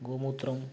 గోమూత్రం